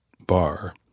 bar